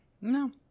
no